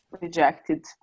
rejected